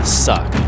suck